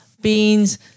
beans